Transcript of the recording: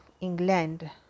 England